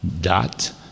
dot